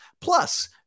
Plus